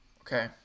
Okay